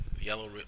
Yellow